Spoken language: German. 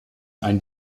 einen